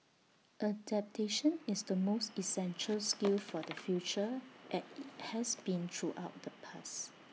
adaptation is the most essential skill for the future as IT has been throughout the past